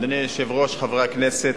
אדוני היושב-ראש, חברי הכנסת,